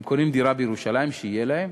הם קונים דירה בירושלים, שיהיה להם,